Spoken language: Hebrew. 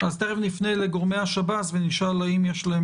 תכף נפנה לגורמי השב"ס ונשאל האם יש להם